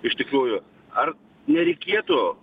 iš tikrųjų ar nereikėtų